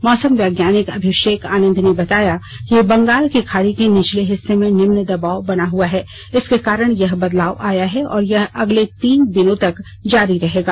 मौसम वैज्ञानिक अभिषेक आनंद ने बताया कि बंगाल की खाड़ी के निचले हिस्से में निम्न दबाव बना हुआ है इसके कारण यह बदलाव आया है और यह अगले तीन दिनों तक जारी रहेगा